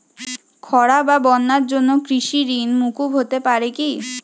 খরা বা বন্যার জন্য কৃষিঋণ মূকুপ হতে পারে কি?